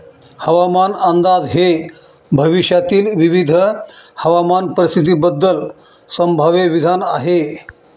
हवामान अंदाज हे भविष्यातील विविध हवामान परिस्थितींबद्दल संभाव्य विधान आहे